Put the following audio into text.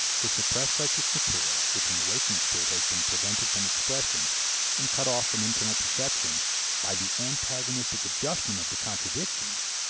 the suppressed psychic material, which in the waking state has been prevented from expression and cut off from internal perception by the antagonistic adjustment of the contradictions,